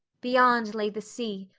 beyond lay the sea,